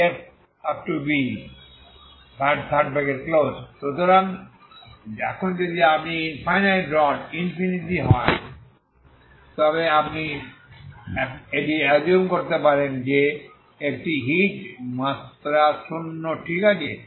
B wx2dx⏟B সুতরাং এখন যদি এটি ইনফাইনাইট রড ইনফিনিটি হয় তবে আপনি এসিউম করতে পারেন যে একটি হিট মাত্রা শূন্য ঠিক আছে